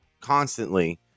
constantly